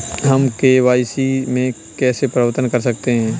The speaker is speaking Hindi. हम के.वाई.सी में कैसे परिवर्तन कर सकते हैं?